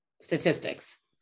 statistics